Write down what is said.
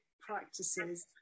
practices